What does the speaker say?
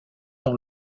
dans